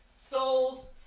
souls